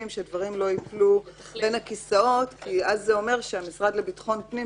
כדי שדברים לא ייפלו בין הכיסאות כי אז זה אומר שהמשרד לביטחון הפנים,